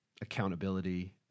accountability